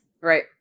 Right